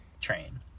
train